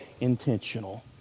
intentional